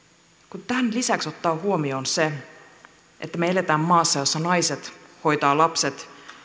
kun tämän lisäksi ottaa huomioon sen että me elämme maassa jossa naiset hoitavat lapset